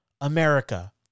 America